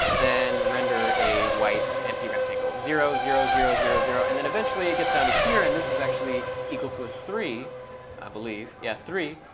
then render a white empty rectangle, zero, zero, zero, zero, zero. and then eventually, it gets down to here. and this is actually equal to a three i believe. yeah, three.